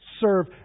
serve